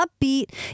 upbeat